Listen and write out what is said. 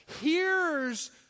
hears